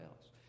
else